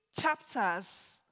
chapters